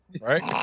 right